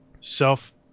self